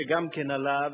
שגם כן עלה,